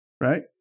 Right